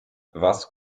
was